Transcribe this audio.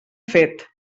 fet